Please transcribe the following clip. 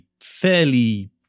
fairly